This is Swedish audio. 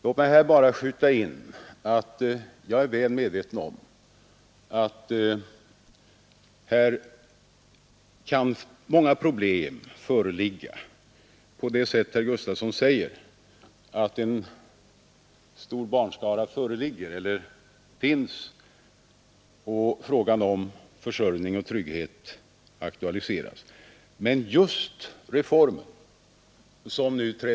Låt mig här bara skjuta in att jag är väl medveten om att många problem kan föreligga i det nu berörda avseendet. Herr Gustavsson säger att frågan om försörjning och trygghet aktualiseras i de fall där den efterlevande har en stor barnskara.